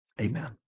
Amen